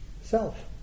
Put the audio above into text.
self